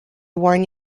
warn